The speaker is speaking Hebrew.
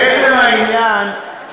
לעצם העניין,